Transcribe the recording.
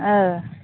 औ